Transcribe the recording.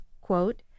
quote